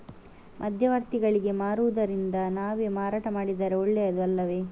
ಮಧ್ಯವರ್ತಿಗಳಿಗೆ ಮಾರುವುದಿಂದ ನಾವೇ ಮಾರಾಟ ಮಾಡಿದರೆ ಒಳ್ಳೆಯದು ಅಲ್ಲವೇ?